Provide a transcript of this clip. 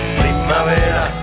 primavera